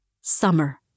Summer